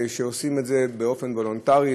שעושים את זה באופן וולונטרי,